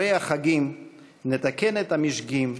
אחרי החגים נתקן את המשגים,